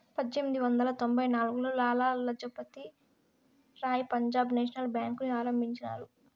పజ్జేనిమిది వందల తొంభై నాల్గులో లాల లజపతి రాయ్ పంజాబ్ నేషనల్ బేంకుని ఆరంభించారు